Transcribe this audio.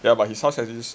ya but his house has this